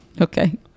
Okay